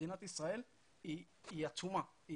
למדינת ישראל היא עצומה,